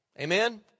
Amen